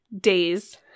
days